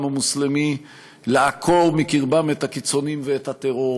המוסלמי לעקור מקרבם את הקיצוניים ואת הטרור,